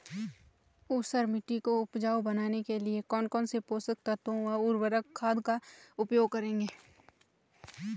ऊसर मिट्टी को उपजाऊ बनाने के लिए कौन कौन पोषक तत्वों व उर्वरक खाद का उपयोग करेंगे?